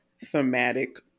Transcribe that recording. thematic